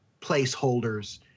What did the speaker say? placeholders